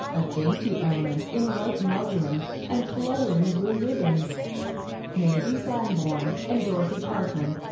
a dainty element in white muslin and fluttering blue ribbons mazie sanborn and dorothy parkman.